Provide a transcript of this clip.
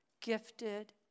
Gifted